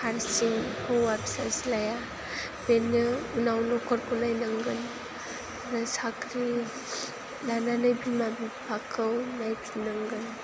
हारसिं हौवा फिसाज्लाया बेनो उनाव न'खरखौ नायनांगोन साख्रि लानानै बिमा बिफाखौ नायफिन नांगोन